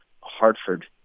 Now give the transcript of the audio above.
Hartford